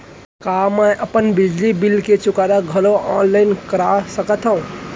का मैं अपन बिजली बिल के चुकारा घलो ऑनलाइन करा सकथव?